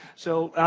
so,